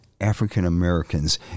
African-Americans